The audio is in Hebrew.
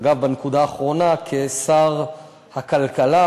אגב, בנקודה האחרונה, כשר הכלכלה,